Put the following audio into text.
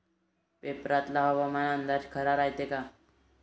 पेपरातला हवामान अंदाज खरा रायते का?